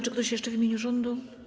Czy ktoś jeszcze w imieniu rządu?